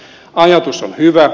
ajatus on hyvä